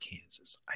Kansas